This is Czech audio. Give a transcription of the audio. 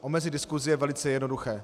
Omezit diskusi je velice jednoduché.